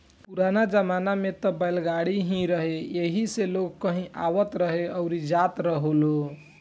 पुराना जमाना में त बैलगाड़ी ही रहे एही से लोग कहीं आवत रहे अउरी जात रहेलो